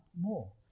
more